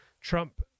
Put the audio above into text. Trump